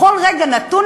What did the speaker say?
בכל רגע נתון,